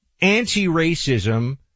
anti-racism